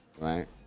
right